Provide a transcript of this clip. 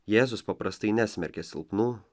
jėzus paprastai nesmerkia silpnų